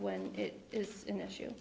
when it is an issue